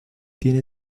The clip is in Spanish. tiene